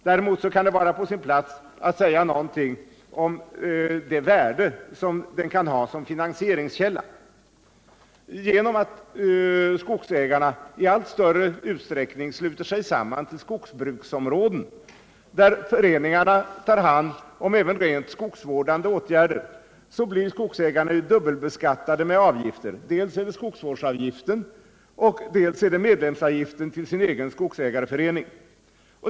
Däremot kan det vara på sin plats att säga någonting om det värde den kan ha som finansieringskälla. Genom att skogsägarna i allt större utsträckning sluter sig samman till skogsbruksområden, där föreningarna tar hand om även rent skogsvårdande åtgärder, blir skogsägarna dubbelbeskattade med avgifter. Dels är det skogsvårdsavgiften, dels är det medlemsavgiften till den egna skogsägarföreningen.